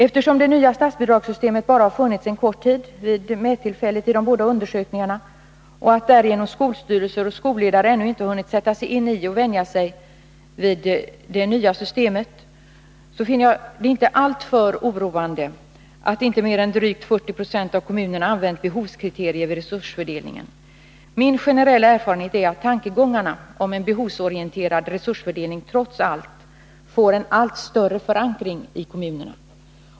Eftersom det nya statsbidragssystemet endast funnits en kort tid vid mätningen i de båda undersökningarna och att därigenom skolstyrelser och skolledare ännu inte hunnit sätta sig in i och vänja sig vid det, finner jag det inte alltför oroande att inte mer än drygt 40 26 av kommunerna använt behovskriterier vid resursfördelningen. Min generella erfarenhet är att tankegångarna om en behovsorienterad resursfördelning trots allt får en allt större förankring i kommunerna.